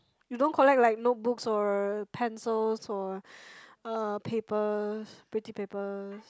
you don't collect like notebooks or pencils or uh papers pretty papers